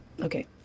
okay